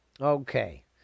Okay